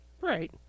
Right